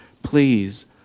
Please